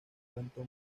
tanto